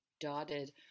dotted